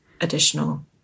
additional